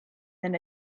than